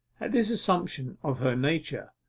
at this assumption of her nature,